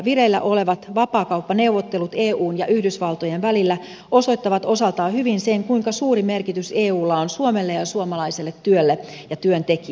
vireillä olevat vapaakauppaneuvottelut eun ja yhdysvaltojen välillä osoittavat osaltaan hyvin sen kuinka suuri merkitys eulla on suomelle ja suomalaiselle työlle ja työntekijälle